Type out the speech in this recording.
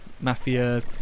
Mafia